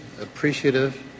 appreciative